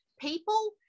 people